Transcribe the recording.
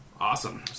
Awesome